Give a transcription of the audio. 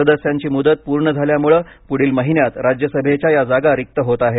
सदस्यांची मुदत पूर्ण झाल्यामुळे पुढील महिन्यात राज्यसभेच्या या जागा रिक्त होत आहेत